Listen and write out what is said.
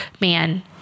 man